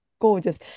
gorgeous